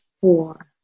four